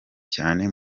cyane